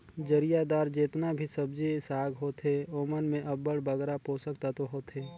जरियादार जेतना भी सब्जी साग होथे ओमन में अब्बड़ बगरा पोसक तत्व होथे